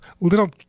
Little